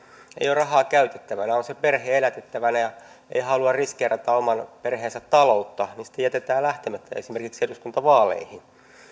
rahaa käytettävänä on se perhe elätettävänä eikä halua riskeerata oman perheen taloutta niin sitten jätetään lähtemättä esimerkiksi eduskuntavaaleihin